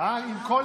אם לא כל אלה?